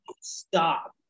stop